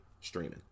streaming